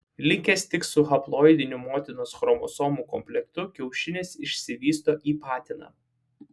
likęs tik su haploidiniu motinos chromosomų komplektu kiaušinis išsivysto į patiną